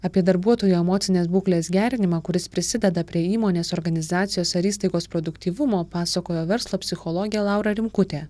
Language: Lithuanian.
apie darbuotojo emocinės būklės gerinimą kuris prisideda prie įmonės organizacijos ar įstaigos produktyvumo pasakojo verslo psichologė laura rimkutė